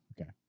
Okay